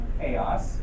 chaos